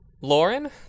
Lauren